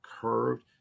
curved